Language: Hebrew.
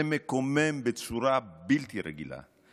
זה מקומם בצורה בלתי רגילה.